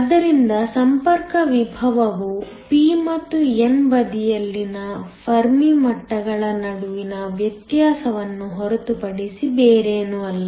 ಆದ್ದರಿಂದ ಸಂಪರ್ಕ ವಿಭವವು p ಮತ್ತು n ಬದಿಯಲ್ಲಿನ ಫರ್ಮಿ ಮಟ್ಟಗಳ ನಡುವಿನ ವ್ಯತ್ಯಾಸವನ್ನು ಹೊರತುಪಡಿಸಿ ಬೇರೇನೂ ಅಲ್ಲ